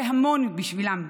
זה המון בשבילם.